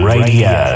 Radio